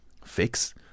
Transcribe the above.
Fix